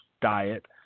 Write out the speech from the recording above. diet